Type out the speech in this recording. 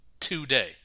today